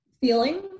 feeling